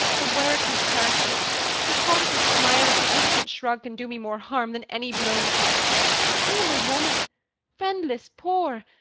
a word can tarnish it a scornful smile, a significant shrug can do me more harm than any blow for i am a woman friendless, poor,